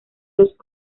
los